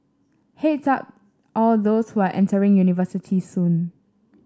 head's up all those who are entering university soon